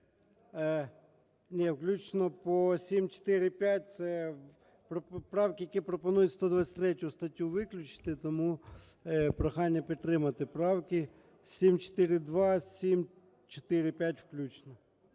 Ні, включно по 745 – це поправки, які пропонують 123 статтю виключити. Тому прохання підтримати правки 742 – 745 включно.